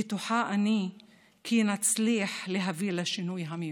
בטוחה אני כי נצליח להביא לשינוי המיוחל.